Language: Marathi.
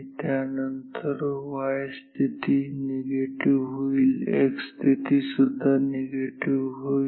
त्यानंतर y स्थिती निगेटिव्ह होईल x स्थिती सुद्धा निगेटिव्ह होईल